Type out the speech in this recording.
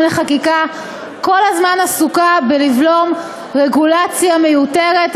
לחקיקה כל הזמן עסוקה בלבלום רגולציה מיותרת,